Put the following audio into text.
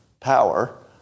Power